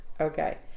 Okay